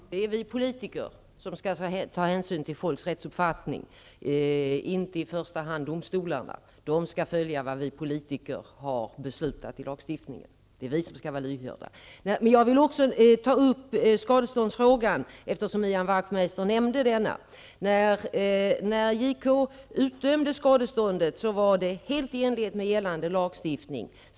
Herr talman! Det är vi politiker som skall ta hänsyn till folks rättsuppfattning, inte i första hand domstolarna. De skall följa vad vi politiker har beslutat i lagstiftningen, och det är vi som skall vara lyhörda. Jag vill också ta upp skadeståndsfrågan, eftersom Ian Wachtmeister nämnde denna. När JK utdömde skadestånd var det helt i enlighet med gällande lagstiftning.